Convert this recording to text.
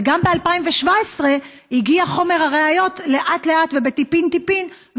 וגם ב-2017 הגיע חומר הראיות לאט-לאט וטיפין-טיפין,